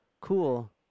cool